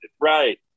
Right